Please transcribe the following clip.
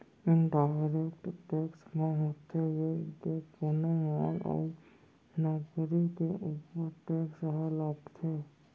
indirect tax म होथे ये के कोनो माल अउ नउकरी के ऊपर टेक्स ह लगथे